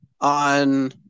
on